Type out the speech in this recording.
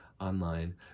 online